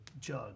Jug